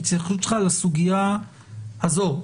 התייחסות שלך לסוגיה הזו,